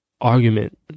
argument